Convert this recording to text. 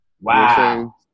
Wow